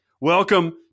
Welcome